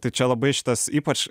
tai čia labai šitas ypač